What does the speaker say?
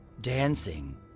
dancing